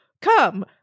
Come